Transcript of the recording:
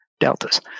deltas